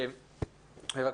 תודה רבה.